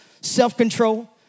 self-control